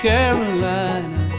Carolina